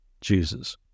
Jesus